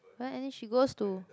what and then she goes to